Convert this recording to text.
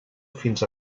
fins